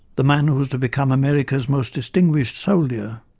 the man who was to become america's most distinguished soldier,